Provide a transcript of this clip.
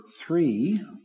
three